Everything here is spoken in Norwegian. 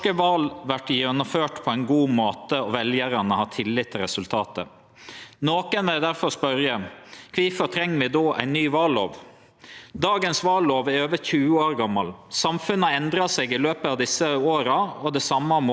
Dagens vallov er over 20 år gammal. Samfunnet har endra seg i løpet av desse åra, og det same har måten vi gjennomfører val på. At det er samanheng mellom regelverket og den praktiske gjennomføringa, inkludert bruken av teknologi,